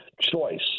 choice